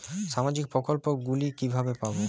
সামাজিক প্রকল্প গুলি কিভাবে পাব?